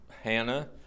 Hannah